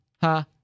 Ha